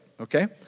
Okay